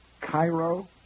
Cairo